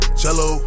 cello